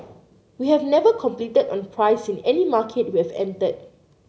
we have never competed on price in any market we have entered